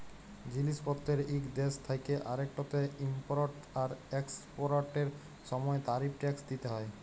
জিলিস পত্তের ইক দ্যাশ থ্যাকে আরেকটতে ইমপরট আর একসপরটের সময় তারিফ টেকস দ্যিতে হ্যয়